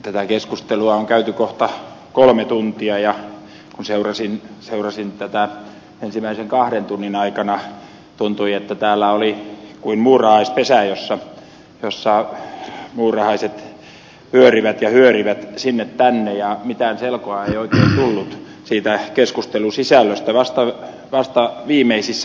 tätä keskustelua on käyty kohta kolme tuntia ja kun seurasin tätä ensimmäisen kahden tunnin aikana tuntui että täällä oli kuin muurahaispesä jossa muurahaiset pyörivät ja hyörivät sinne tänne ja mitään selkoa ei oikein tullut siitä keskustelun sisällöstä